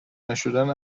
نشدن